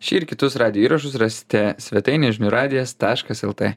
šį ir kitus radijo įrašus rasite svetainėje žinių radijas taškas lt